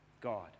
God